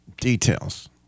details